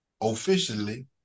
officially